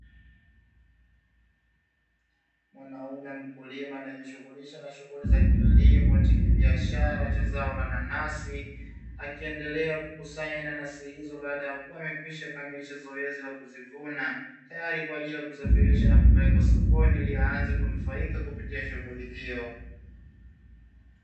Mwanaume mkulima anajishughulisha na shughuli za kilimo cha kibiashara cha zao la nanasi, akiendelea kukusanya nanasi hizo baada ya kukamilisha zoezi la kuzivuna, tayari kwaajili ya kusafirisha na kupelekwa sokoni ili aanze na kunufaika kupitia shughuli hiyo.